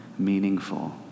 meaningful